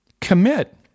commit